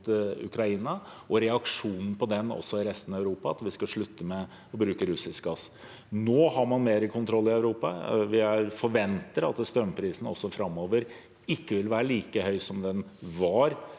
og reaksjonen på det, også i resten av Europa, at vi skal slutte å bruke russisk gass. Nå har man mer kontroll i Europa. Vi forventer at strømprisen framover ikke vil være like høy som den var